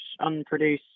unproduced